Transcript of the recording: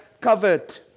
covered